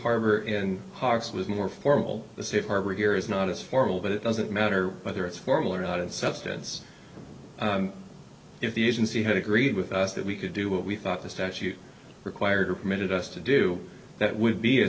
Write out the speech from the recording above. harbor in hox was more formal the safe harbor here is not as formal but it doesn't matter whether it's formal or not in substance if the agency had agreed with us that we could do what we thought the statute required or permitted us to do that would be a